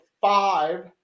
five